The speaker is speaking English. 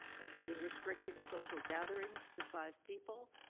including restricting social gatherings to five people,